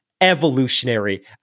evolutionary